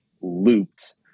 looped